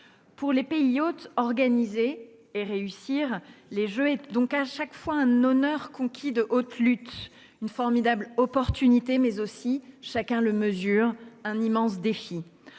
Pour les pays hôtes, organiser et réussir les Jeux est donc un honneur conquis de haute lutte, une formidable opportunité, mais aussi, chacun le mesure, un immense défi.